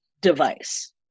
device